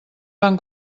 van